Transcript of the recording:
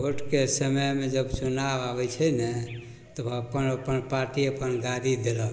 वोटके समयमे जब चुनाव आबै छै ने तऽ अपन अपन पार्टी अपन गाड़ी देलक